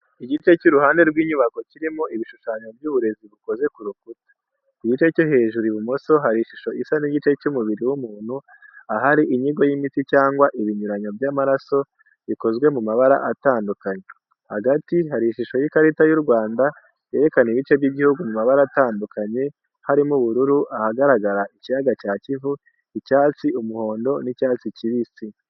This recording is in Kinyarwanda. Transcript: Igice cy’uruhande rw’inyubako kirimo ibishushanyo by’uburezi bikoze ku rukuta. Ku gice cyo hejuru ibumoso hari ishusho isa n’igice cy’umubiri w’umuntu, ahari inyigo y’imitsi cyangwa ibinyuranyo by’amaraso, bikozwe mu mabara atandukanye. Hagati, hari ishusho y’ikarita y’u Rwanda yerekana ibice by’igihugu mu mabara atandukanye, harimo ubururu, ahagaragara ikiyaga cya Kivu, icyatsi, umuhondo n’icyatsi kibisi.